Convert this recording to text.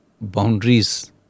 boundaries